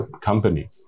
company